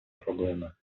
проблеми